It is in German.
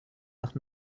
nach